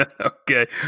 Okay